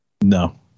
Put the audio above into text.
No